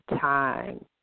time